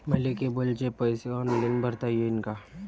मले केबलचे पैसे ऑनलाईन भरता येईन का?